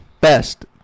Best